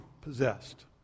possessed